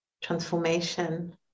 transformation